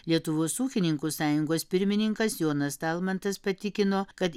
lietuvos ūkininkų sąjungos pirmininkas jonas talmantas patikino kad